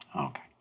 Okay